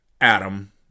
Adam